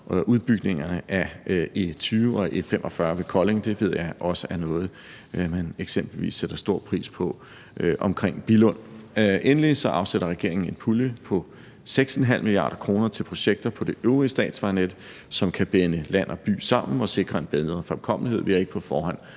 udbygningerne af E20 og E45 ved Kolding. Det ved jeg også er noget man eksempelvis sætter stor pris på omkring Billund. Endelig afsætter regeringen en pulje på 6,5 mia. kr. til projekter på det øvrige statsvejnet, som kan binde land og by sammen og sikre en bedre fremkommelighed.